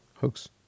Hoax